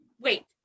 wait